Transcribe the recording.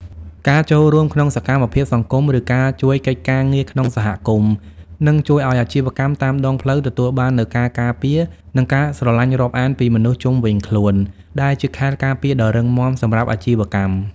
ការចូលរួមក្នុងសកម្មភាពសង្គម ឬការជួយកិច្ចការងារក្នុងសហគមន៍ នឹងជួយឱ្យអាជីវកម្មតាមដងផ្លូវទទួលបាននូវការការពារ និងការស្រឡាញ់រាប់អានពីមនុស្សជុំវិញខ្លួន ដែលជាខែលការពារដ៏រឹងមាំសម្រាប់អាជីវកម្ម។